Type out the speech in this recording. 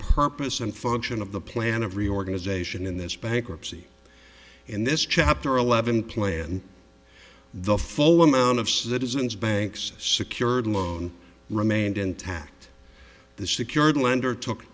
purpose and function of the plan of reorganization in this bankruptcy in this chapter eleven plan the full amount of citizens banks secured loan remained intact the secured lender took